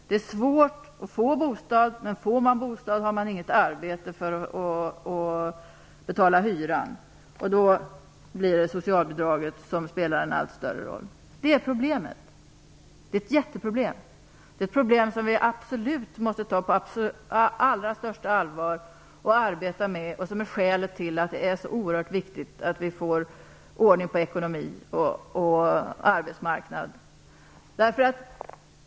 Det är svårt att få bostad, och får man bostad har man inget arbete för att betala hyran. Då spelar socialbidraget en allt större roll. Det är problemet, och det är ett jätteproblem. Det måste vi ta på allra största allvar och arbeta med. Det är ett skäl till att det är så oerhört viktigt att vi får ordning på ekonomi och arbetsmarknad.